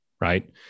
right